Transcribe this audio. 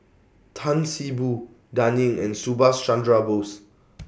Tan See Boo Dan Ying and Subhas Chandra Bose